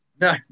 No